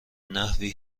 نحوی